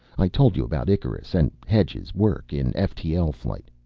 i told you about icarus, and hedge's work in ftl flight.